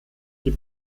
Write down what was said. die